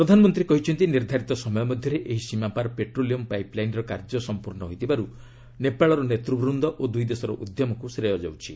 ପ୍ରଧାନମନ୍ତ୍ରୀ କହିଛନ୍ତି ନିର୍ଦ୍ଧାରିତ ସମୟ ମଧ୍ୟରେ ଏହି ସୀମାପାର୍ ପେଟ୍ରୋଲିୟମ୍ ପାଇପ୍ଲାଇନ୍ର କାର୍ଯ୍ୟ ସମ୍ପର୍ଶ୍ଣ ହୋଇଥିବାରୁ ନେପାଳର ନେତୂବୃନ୍ଦ ଓ ଦୁଇଦେଶର ଉଦ୍ୟମକୁ ଶ୍ରେୟ ଯାଉଛି